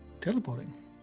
Teleporting